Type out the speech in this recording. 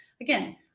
Again